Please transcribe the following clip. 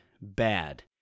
Bad